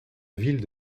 ville